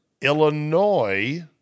Illinois